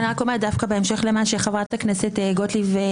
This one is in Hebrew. בהמשך למה שאמרה חברת הכנסת גוטליב.